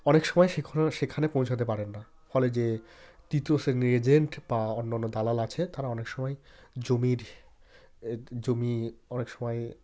অনেক সময় সেখানে পৌঁছাতে পারেন না ফলে যে তৃতীয় শ্রেণির এজেন্ট বা অন্য অন্য দালাল আছে তারা অনেক সময়ই জমির জমি অনেক সময়ে